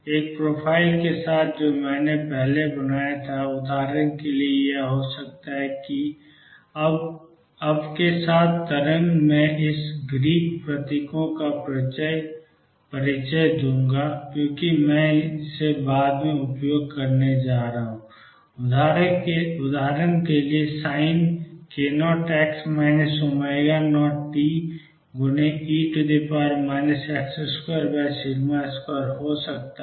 एक प्रोफ़ाइल के साथ जो मैंने पहले बनाया था उदाहरण के लिए यह हो सकता है कि अब के साथ तरंग मैं इस ग्रीक प्रतीकों x का परिचय दूंगा क्योंकि मैं इसे बाद में उपयोग करने जा रहा हूं उदाहरण के लिए यह Sink0x 0t e x22 हो सकता है